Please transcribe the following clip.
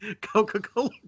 Coca-Cola